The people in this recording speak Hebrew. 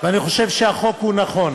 ואני חושב שהחוק הוא נכון,